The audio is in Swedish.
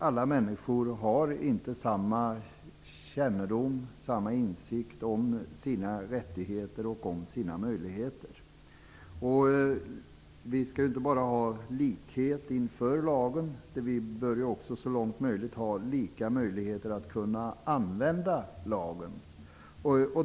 Alla människor har inte samma kännedom och samma insikt om sina rättigheter och om sina möjligheter. Vi skall ju inte bara ha likhet inför lagen, utan vi bör också så långt möjligt ha lika möjligheter att använda lagen.